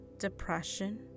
depression